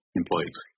employees